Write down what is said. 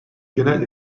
genel